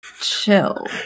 chill